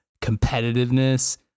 competitiveness